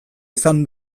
izan